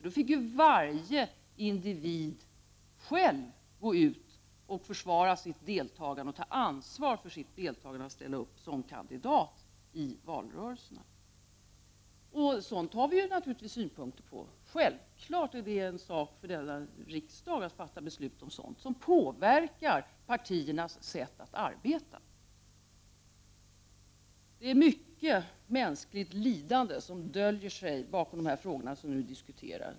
Då fick varje individ själv ta ansvar för sitt deltagande som kandidat i valrörelsen. Sådant har vi naturligtvis synpunkter på. Självfallet är det riksdagens sak att fatta beslut om sådant som påverkar partiernas sätt att arbeta. Det är mycket mänskligt lidande som döljer sig bakom de frågor som vi nu diskuterar.